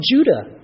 Judah